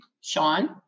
Sean